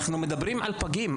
אנחנו מדברים על פגים,